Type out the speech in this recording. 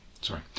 Sorry